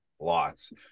lots